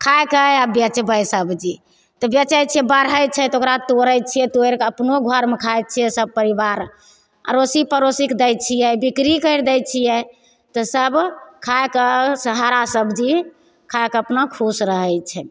खाएके आ बेचबै सबजी तऽ बेचैत छियै तऽ बढ़ैत छै तऽ ओकरा तोड़ैत छियै तोड़ि कऽ अपनो घरमे खाइत छियै सब परिबार अड़ोसी पड़ोसीके दै छियै बिक्री करि दै छियै तऽ सब खाइकऽ सहारा सबजी खाकऽ अपना खुश रहै छियै